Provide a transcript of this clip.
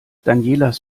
danielas